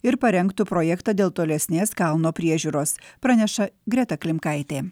ir parengtų projektą dėl tolesnės kalno priežiūros praneša greta klimkaitė